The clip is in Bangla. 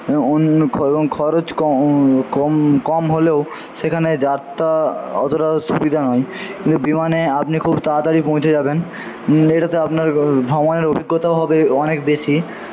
অন্য খরচ কম কম কম হলেও সেখানে যাত্রা অতটাও সুবিধা নয় কিন্তু বিমানে আপনি খুব তাড়াতাড়ি পৌঁছে যাবেন এটাতে আপনার সময়ের অভিজ্ঞতাও হবে অনেক বেশি